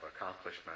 accomplishment